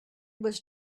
was